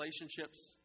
relationships